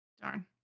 Darn